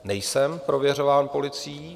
Nejsem prověřován policií.